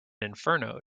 inferno